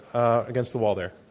against the wall there.